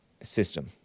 system